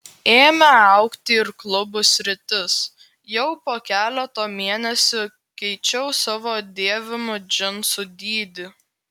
ėmė augti ir klubų sritis jau po keleto mėnesių keičiau savo dėvimų džinsų dydį